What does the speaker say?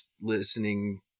listening